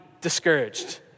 discouraged